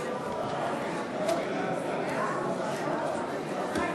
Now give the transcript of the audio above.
להעביר את הצעת חוק הבטחת הכנסה (תיקון,